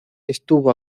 estuvo